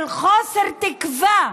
של חוסר תקווה.